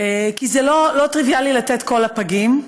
כי זה לא טריוויאלי לתת קול לפגים.